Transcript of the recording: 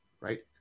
right